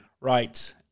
right